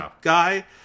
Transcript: guy